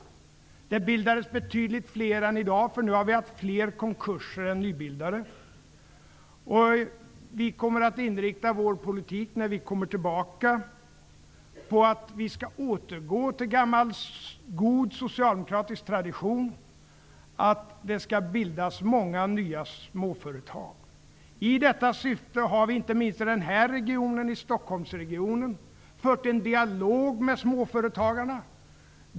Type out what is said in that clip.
Det bildades betydligt fler än i dag. Nu har vi haft fler konkurser än nybildade företag. När vi i Socialdemokraterna kommer tillbaka till regeringsmakten kommer vi att inrikta politiken på att återgå till gammal god socialdemokratisk tradition, dvs. att det skall bildas många nya småföretag. I detta syfte har vi inte minst i Stockholmsregionen fört en dialog med småföretagarna.